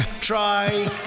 try